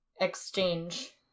exchange